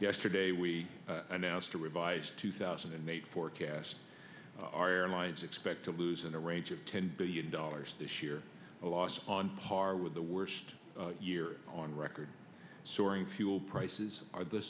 yesterday we announced a revised two thousand and eight forecast our airlines expect to lose in the range of ten billion dollars this year a loss on par with the worst year on record soaring fuel prices are the